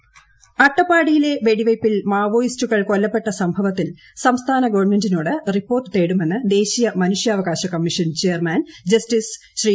L Dattu അട്ടപ്പാടിയിലെ വെടിവെയ്പ്പിൽ മാവോയിസ്റ്റുകൾ കൊല്ലപ്പെട്ട സംഭവത്തിൽ സംസ്ഥാന ഗവൺമെന്റിനോട് റിപ്പോർട്ട് തേടുമെന്ന് ദേശീയ മനുഷ്യാവകാശ കമ്മീഷൻ ചെയർമാൻ ജസ്റ്റിസ് ശ്രീ